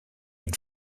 and